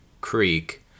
Creek